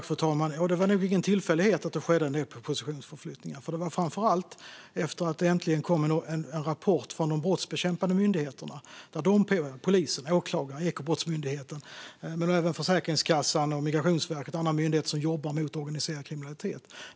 Fru talman! Det var nog ingen tillfällighet att det skedde en del positionsförflyttningar, för det var framför allt efter att det äntligen kom en rapport från de brottsbekämpande myndigheterna - polisen, åklagarna och Ekobrottsmyndigheten - och även Försäkringskassan, Migrationsverket och andra myndigheter som jobbar mot organiserad kriminalitet.